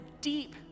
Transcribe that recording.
deep